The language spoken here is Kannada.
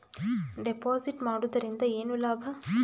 ಡೆಪಾಜಿಟ್ ಮಾಡುದರಿಂದ ಏನು ಲಾಭ?